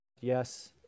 Yes